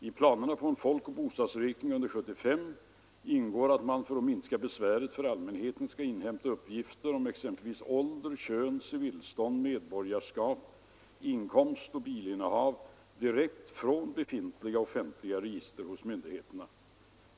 I planerna på en folkoch bostadsräkning under år 1975 ingår att man för att minska besväret för allmänheten skall inhämta uppgifter om exempelvis ålder, kön, civilstånd, medborgarskap, inkomst och bilinnehav direkt från befintliga offentliga register hos myndigheterna.